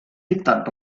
dictat